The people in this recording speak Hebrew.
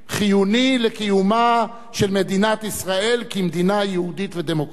חיוני לקיומה של מדינת ישראל כמדינה יהודית ודמוקרטית.